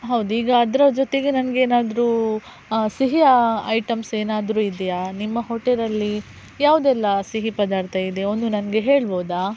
ಹೌದು ಈಗ ಅದರ ಜೊತೆಗೆ ನನಗೇನಾದ್ರು ಸಿಹಿಯ ಐಟಮ್ಸ್ ಏನಾದರು ಇದೆಯಾ ನಿಮ್ಮ ಹೋಟೆಲಲ್ಲಿ ಯಾವುದೆಲ್ಲ ಸಿಹಿ ಪದಾರ್ಥ ಇದೆಯೋ ಒಂದು ನನಗೆ ಹೇಳ್ಬೋದಾ